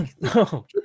No